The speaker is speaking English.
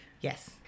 Yes